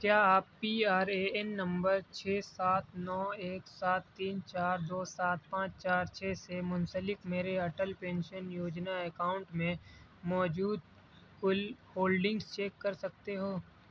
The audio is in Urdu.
کیا آپ P R A N number چھ سات نو ایک سات تین چار دو سات پانچ چار چھ سے منسلک میرے اٹل پینشن یوجنا اکاؤنٹ میں موجود کل ہولڈنگز چیک کر سکتے ہو